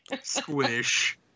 Squish